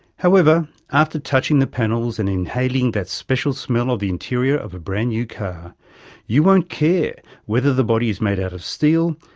however, after touching the panels and inhaling that special smell of the interior of a brand new car you won't care whether the body is made out of steel,